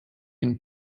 and